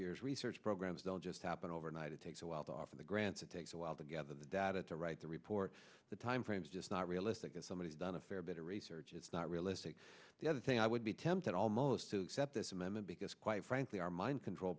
years research programs don't just happen overnight it takes a while but often the grants it takes a while to gather the data to write the report the time frame is just not realistic and somebody's done a fair bit of research it's not realistic the other thing i would be tempted almost to set this memo because quite frankly our mind control